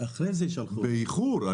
קיבלתי באיחור.